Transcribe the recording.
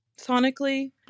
sonically